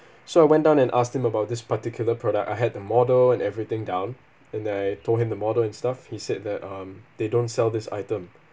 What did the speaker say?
so I went on and asked him about this particular product I had the model and everything down and I told him the model and stuff he said that um they don't sell this item